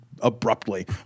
abruptly